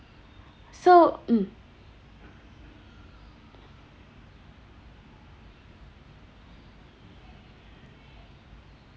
so mm